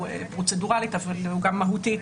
הוא פרוצדורלית אבל הוא גם מהותית